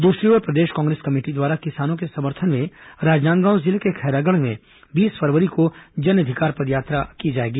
दूसरी ओर प्रदेश कांग्रेस कमेटी द्वारा किसानों के समर्थन में राजनादगांव जिले के खैरागढ़ में बीस फरवरी को जन अधिकार पदयात्रा की जाएगी